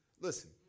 listen